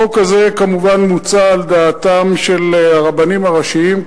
החוק הזה כמובן מוצע על דעתם של הרבנים הראשיים,